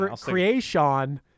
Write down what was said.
Creation